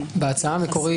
הצעה.